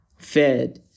Fed